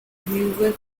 viewers